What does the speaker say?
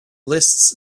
lists